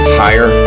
higher